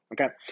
okay